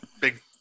big